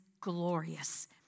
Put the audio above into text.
glorious